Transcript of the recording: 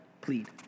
Plead